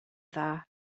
dda